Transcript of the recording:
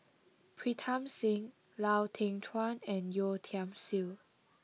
Pritam Singh Lau Teng Chuan and Yeo Tiam Siew